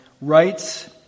writes